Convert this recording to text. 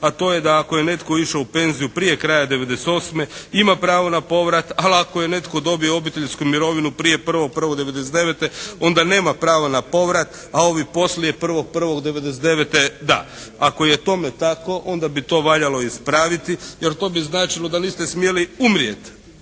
A to je da ako je netko išao u penziju prije kraja 1998. ima pravo na povrat, ali ako je netko dobio obiteljsku mirovinu prije 1.1.1999. onda nema pravo na povrat, a ovi poslije 1.1.1999. da. Ako je tome tako onda bi to valjalo ispraviti jer to bi značilo da niste smjeli umrijeti